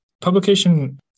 Publication